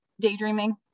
daydreaming